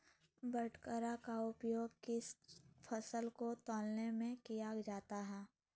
बाटखरा का उपयोग किस फसल को तौलने में किया जाता है?